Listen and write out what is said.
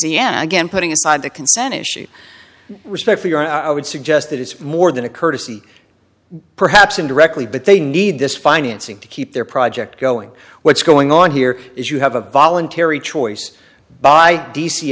louisiana again putting aside the consented respect for your i would suggest that it's more than a courtesy perhaps indirectly but they need this financing to keep their project going what's going on here is you have a voluntary choice by d